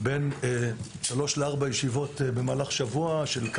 במהלך שבוע אני עוסק בשלוש-ארבע ישיבות של